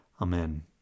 Amen